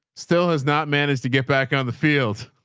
still has not managed to get back on the field,